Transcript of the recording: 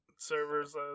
servers